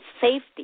safety